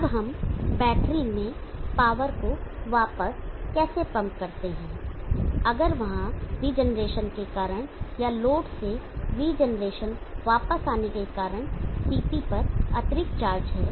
अब हम बैटरी में पावर को वापस कैसे पंप करते हैं अगर वहां रीजेनरेशन के कारण या लोड से रीजेनरेशन वापस आने के कारण CT पर अतिरिक्त चार्ज है